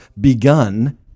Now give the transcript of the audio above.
begun